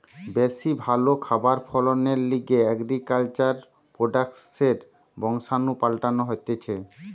বেশি ভালো খাবার ফলনের লিগে এগ্রিকালচার প্রোডাক্টসের বংশাণু পাল্টানো হতিছে